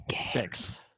Six